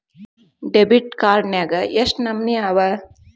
Debit card ನ್ಯಾಗ್ ಯೆಷ್ಟ್ ನಮನಿ ಅವ?